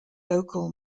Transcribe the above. local